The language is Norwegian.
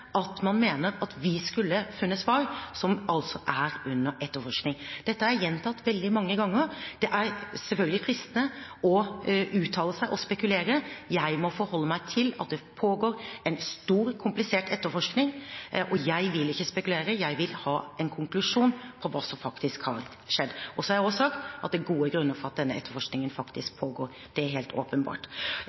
at man mener at vi skulle funnet svar på noe som er under etterforskning. Dette har jeg gjentatt veldig mange ganger. Det er selvfølgelig fristende å uttale seg og spekulere. Jeg må forholde meg til at det pågår en stor, komplisert etterforskning, og jeg vil ikke spekulere, jeg vil ha en konklusjon om det som faktisk har skjedd. Jeg har også sagt at det er gode grunner for at denne etterforskningen faktisk pågår, det er helt åpenbart.